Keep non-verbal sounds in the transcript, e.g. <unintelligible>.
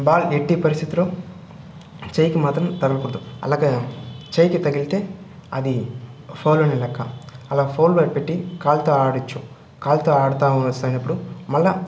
ball ఎట్టి పరిస్థితిలో చెయ్యికి మాత్రం తగలకూడదు అలాగ చెయ్యికి తగిలితే అది ఫౌల్ అనే లెక్క అలా ఫౌల్వైపెట్టి కాలుతో ఆడచ్చు కాలితో ఆడుతూ <unintelligible> సరమైనప్పుడు మళ్ళా